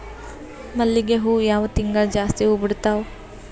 ಮಲ್ಲಿಗಿ ಹೂವು ಯಾವ ತಿಂಗಳು ಜಾಸ್ತಿ ಹೂವು ಬಿಡ್ತಾವು?